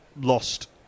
lost